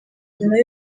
nyuma